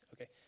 Okay